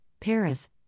Paris